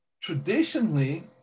traditionally